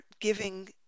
giving